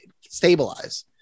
stabilize